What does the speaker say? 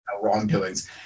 wrongdoings